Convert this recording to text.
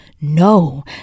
no